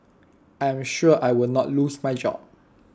I am sure I will not lose my job